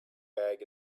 bag